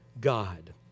God